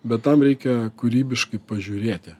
bet tam reikia kūrybiškai pažiūrėti